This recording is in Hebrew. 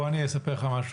בוא אני אספר לך משהו.